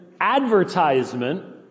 advertisement